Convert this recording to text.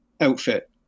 outfit